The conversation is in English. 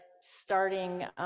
starting